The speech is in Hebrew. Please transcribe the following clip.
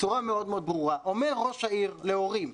אומר ראש העיר להורים,